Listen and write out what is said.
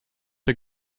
der